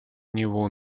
него